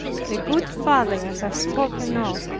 the good father i have spoken of,